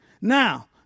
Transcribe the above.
Now